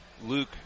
Luke